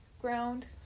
ground